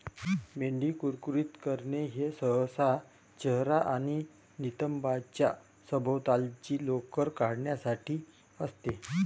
मेंढी कुरकुरीत करणे हे सहसा चेहरा आणि नितंबांच्या सभोवतालची लोकर काढण्यासाठी असते